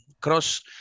Cross